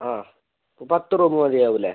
ആ പത്ത് റൂമ് മതിയാവില്ലേ